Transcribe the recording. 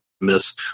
miss